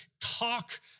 talk